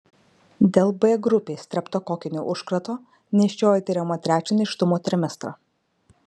dėl b grupės streptokokinio užkrato nėščioji tiriama trečią nėštumo trimestrą